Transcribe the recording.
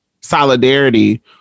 solidarity